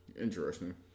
Interesting